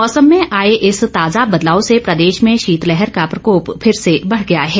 मौसम में आए इस ताजा बदलाव से प्रदेश में शीतलहर का प्रकोप फिर से बढ़ गया है